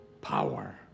power